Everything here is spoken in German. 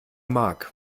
mag